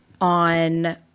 on